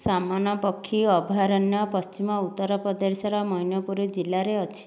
ସାମନ ପକ୍ଷୀ ଅଭୟାରଣ୍ୟ ପଶ୍ଚିମ ଉତ୍ତରପ୍ରଦେଶର ମୈନପୁର ଜିଲ୍ଲାରେ ଅଛି